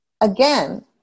again